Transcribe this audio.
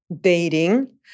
Dating